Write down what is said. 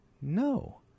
no